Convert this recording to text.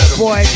boy